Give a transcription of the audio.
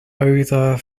odor